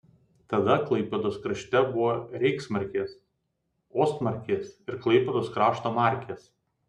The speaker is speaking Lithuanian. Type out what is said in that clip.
tada klaipėdos krašte buvo reichsmarkės ostmarkės ir klaipėdos krašto markės